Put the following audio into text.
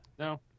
No